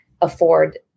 afford